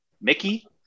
Mickey